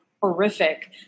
horrific